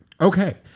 Okay